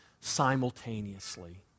simultaneously